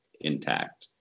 intact